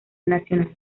nacional